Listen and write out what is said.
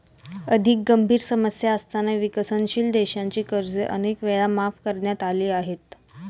अधिक गंभीर समस्या असताना विकसनशील देशांची कर्जे अनेक वेळा माफ करण्यात आली आहेत